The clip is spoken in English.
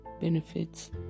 benefits